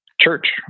church